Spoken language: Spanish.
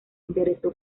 interesó